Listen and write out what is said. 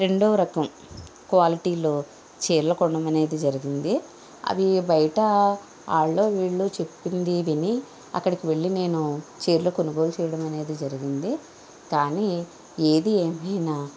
రెండో రకం క్వాలిటీలో చీరలు కొనడం అనేది జరిగింది అవి బయట వాళ్ళు వీళ్ళు చెప్పింది విని అక్కడికి వెళ్ళి నేను చీరలు కొనుగోలు చేయడమనేది జరిగింది కానీ ఏది ఏమైనా